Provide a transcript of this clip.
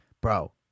Bro